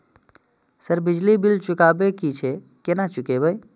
Sir बिजली bill चुकाबे की छे केना चुकेबे?